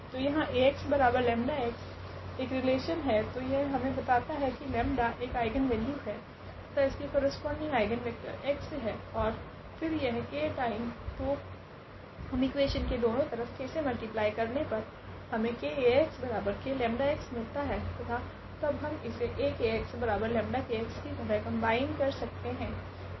तो यहाँ Ax 𝜆x एक रेलेशन हैतो यह हमे बताता है की 𝜆 एक आइगनवेल्यू है तथा इसके करस्पोंडिंग आइगनवेक्टर x है ओर फिर यह k टाइम तो हम इकुवेशन के दोनों तरफ k से मल्टिपलाय करने पर हमे ⇒𝑘𝐴𝑥𝑘𝜆𝑥 मिलता है तथा तब हम इसे A𝜆 की तरह कम्बाइन कर सकते है